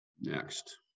Next